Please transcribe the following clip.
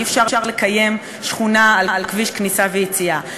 אי-אפשר לקיים שכונה על כביש כניסה ויציאה.